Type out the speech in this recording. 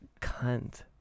cunt